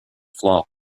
flaw